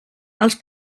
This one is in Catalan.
els